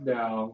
now